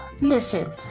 Listen